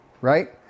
right